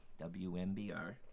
WMBR